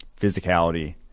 physicality